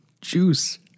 juice